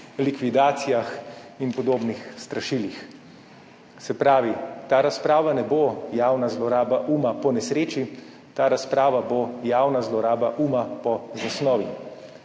likvidacijah in podobnih strašilih. Se pravi, ta razprava ne bo javna zloraba uma po nesreči, ta razprava bo javna zloraba uma po zasnovi.